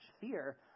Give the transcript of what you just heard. fear